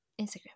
Instagram